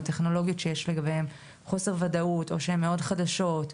טכנולוגיות שיש לגביהן חוסר ודאות או שהן מאוד חדשות.